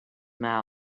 mouth